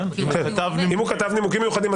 אם הוא כתב נימוקים מיוחדים,